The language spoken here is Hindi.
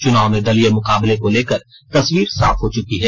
चुनाव में दलीय मुकाबले को लेकर तस्वीर साफ हो चुकी है